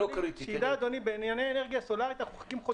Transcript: שידע אדוני שבענייני אנרגיה סולארית אנחנו מחכים חודשים.